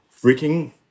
freaking